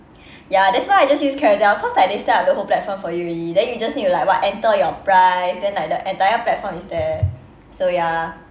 ya that's why I just use carousell cause like they set up the whole platform for you already then you just need to like what enter your price then like the entire platform is there so ya